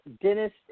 Dennis